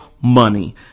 money